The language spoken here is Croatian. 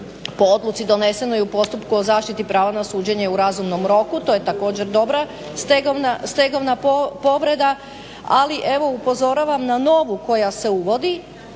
po odluci donesenoj u postupku o zaštiti prava na suđenje u razumnom roku, to je također dobra stegovna povreda. Ali evo upozoravam na novu koja se uvodi,